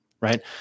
right